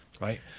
right